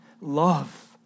love